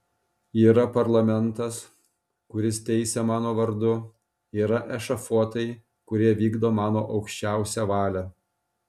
yra parlamentas kuris teisia mano vardu yra ešafotai kurie vykdo mano aukščiausią valią